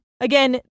Again